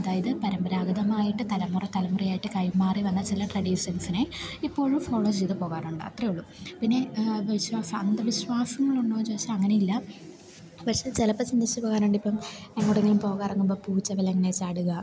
അതായത് പരമ്പരാഗതമായിട്ട് തലമുറ തലമുറയായിട്ട് കൈമാറി വന്ന ചില ട്രഡീഷൻസിനെ ഇപ്പോഴും ഫോളോ ചെയ്തുപോകാറുണ്ട് അത്രയെയുള്ളൂ പിന്നെ വിശ്വാസം അന്ധവിശ്വാസങ്ങളുണ്ടോയെന്ന് ചോദിച്ചാല് അങ്ങനെയില്ല പക്ഷേ ചിലപ്പോള് ചിന്തിച്ചുപോകാറുണ്ട് ഇപ്പം എങ്ങോട്ടെങ്കിലും പോകാനിറങ്ങുമ്പോള് പൂച്ച വിലങ്ങനെ ചാടുക